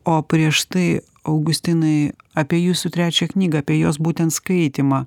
o prieš tai augustinai apie jūsų trečią knygą apie jos būtent skaitymą